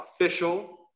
Official